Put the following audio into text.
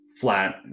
flat